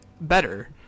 better